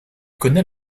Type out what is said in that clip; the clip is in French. connaît